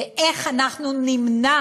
ואיך אנחנו נמנע